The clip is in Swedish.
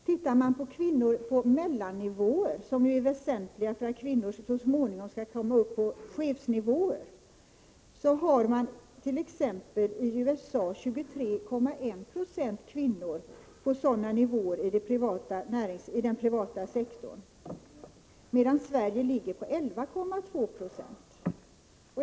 Tittar man på kvinnor på mellannivåer, som ju är väsentliga för att kvinnor så småningom skall komma upp på chefsnivåer, finner man t.ex. i USA 23,1 96 kvinnor på sådana nivåer inom den privata sektorn, medan siffran för Sverige ligger på 11,2 90.